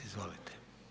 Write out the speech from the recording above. Izvolite.